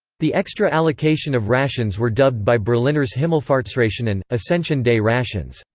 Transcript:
the extra allocation of rations were dubbed by berliners himmelfahrtsrationen, ascension-day rations,